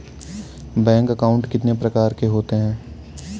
Bank account कितने प्रकार के होते हैं?